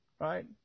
right